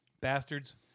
bastards